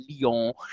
Lyon